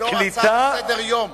זו לא הצעה לסדר-יום.